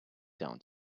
down